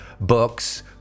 books